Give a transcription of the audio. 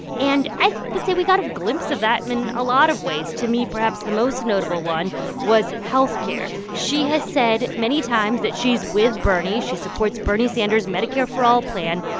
and i would say we got a glimpse of that in a lot of ways. to me, perhaps, the most notable one was health care. she has said many times that she's with bernie. she supports bernie sanders' medicare for all plan.